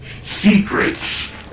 secrets